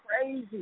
crazy